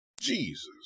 Jesus